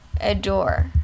adore